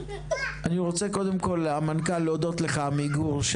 אני רוצה קודם כל, מנכ"ל עמיגור להודות לך שעלית.